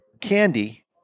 candy